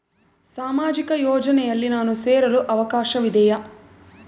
ಸಾಮಾಜಿಕ ಯೋಜನೆಯನ್ನು ನಾನು ಸೇರಲು ಅವಕಾಶವಿದೆಯಾ?